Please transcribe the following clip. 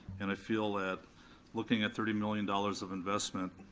and i feel that looking at thirty million dollars of investment